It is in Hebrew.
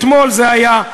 אתמול זה היה,